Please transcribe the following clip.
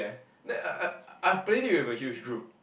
then uh uh I've played it with a huge group